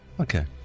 Okay